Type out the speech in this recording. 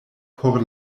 por